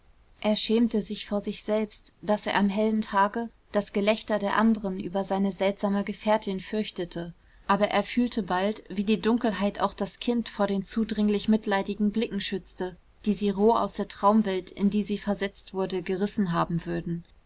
er schämte sich vor sich selbst daß er am hellen tage das gelächter der anderen über seine seltsame gefährtin fürchtete aber er fühlte bald wie die dunkelheit auch das kind vor den zudringlich mitleidigen blicken schützte die sie roh aus der traumwelt in die sie versetzt wurde gerissen haben würden